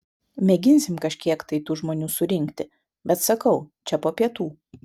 mėginsim kažkiek tai tų žmonių surinkti bet sakau čia po pietų